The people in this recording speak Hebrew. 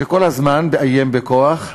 שכל הזמן מאיים בכוח,